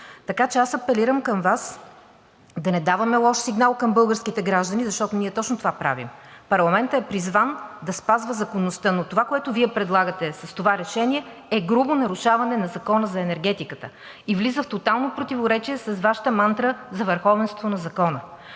Така че аз апелирам към Вас да не даваме лош сигнал към българските граждани, защото точно това правим. Парламентът е призван да спазва законността, но това, което Вие предлагате с това решение, е грубо нарушаване на Закона за енергетиката и влиза в тотално противоречие с Вашата мантра за върховенство на закона.